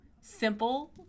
simple